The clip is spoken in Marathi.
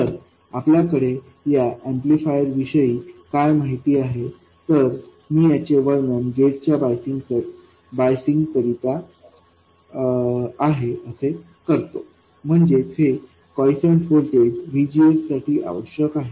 तर आपल्याकडे या ऍम्प्लिफायर विषयी काय माहिती आहे तर मी याचे वर्णन गेट च्या बायसिंग करिता आहे असे करतो म्हणजेच हे क्वाइएसन्ट व्होल्टेज VGSसाठी आवश्यक आहे